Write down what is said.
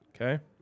Okay